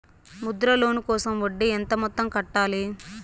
Mudra loan కోసం వడ్డీ ఎంత మొత్తం కట్టాలి